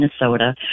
Minnesota